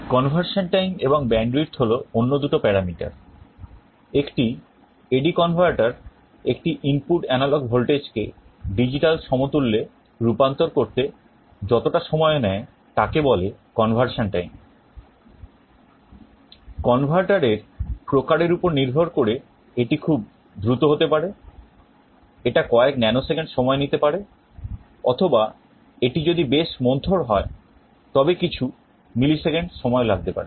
Conversion time এবং bandwidth হল অন্য দুটো প্যারামিটার এর প্রকার এর উপর নির্ভর করে এটি খুব দ্রুত হতে পারে এটা কয়েক ন্যানো সেকেন্ড সময় নিতে পারে অথবা এটি যদি বেশ মন্থর হয় তবে কিছু মিলিসেকেন্ড সময় লাগতে পারে